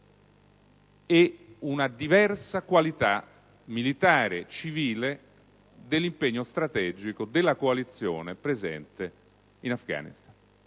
e una diversa qualità militare e civile dell'impegno strategico della coalizione presente in Afghanistan.